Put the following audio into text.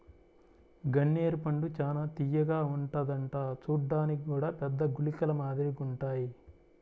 గన్నేరు పండు చానా తియ్యగా ఉంటదంట చూడ్డానికి గూడా పెద్ద గుళికల మాదిరిగుంటాయ్